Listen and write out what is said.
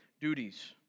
duties